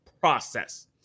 process